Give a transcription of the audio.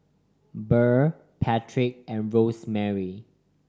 Burr Patrick and Rosemarie